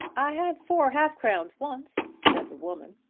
i had four half-crowns once, said the woman.